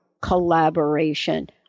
collaboration